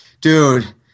dude